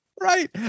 Right